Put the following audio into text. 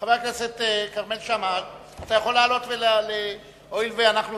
חבר הכנסת כרמל שאמה, הואיל ואני לא